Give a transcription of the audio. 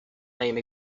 name